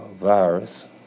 virus